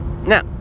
now